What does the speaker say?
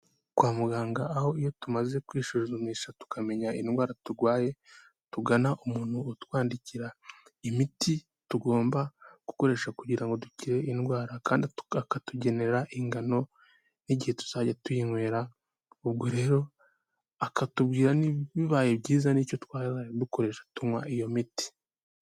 Kwa muganga aho iyo tumaze kwisuzumisha tukamenya indwara turwaye tugana umuntu utwandikira imiti, tugomba gukoresha kugira ngo dukire indwara kandi atukatugenera ingano n'igihe tuzajya tuyinywera, ubwo rero akatubwira bibaye byiza n'icyo twazajya dukoresha tunywa iyo miti.